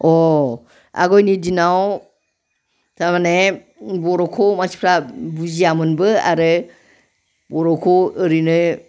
अ आवगायनि दिनाव थारमाने बर'खौ मानसिफ्रा बुजियामोनबो आरो बर'खौ ओरैनो